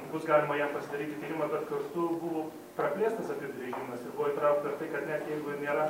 bus galima jam pasidaryti tyrimą bet kartu buvo praplėstas apibrėžimas ir buvo įtraukta tai kad jeigu nėra